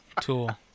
Tool